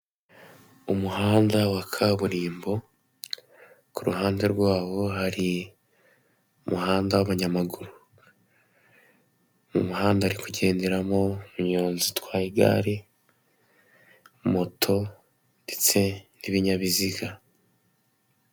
Umuhanda wa kaburimbo ku ruhande rwawo hari umuhanda w'abanyamaguru. Mu muhanda hari kugenderamo umunyonzi utwaye igare, moto ndetse n'ibinyabiziga.